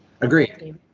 Agree